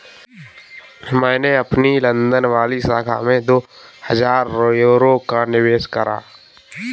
मैंने अपनी लंदन वाली शाखा में दो हजार यूरो का निवेश करा है